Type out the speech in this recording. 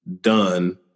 done